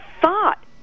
thought